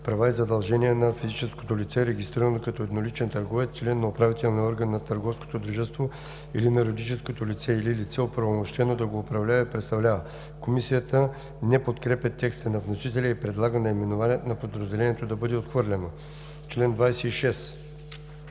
Права и задължения на физическото лице, регистрирано като едноличен търговец, член на управителния орган на търговското дружество или на юридическото лице, или лице, оправомощено да го управлява и представлява. Комисията не подкрепя текста на вносителя и предлага наименованието на подразделението да бъде отхвърлено. По чл.